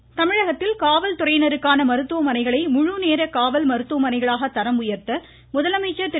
பழனிசாமி தமிழகத்தில் காவல் துறையினருக்கான மருத்துவமனைகளை முழுநேர காவல் மருத்துவமணைகளாக தரம் உயர்த்த முதலமைச்சர் திரு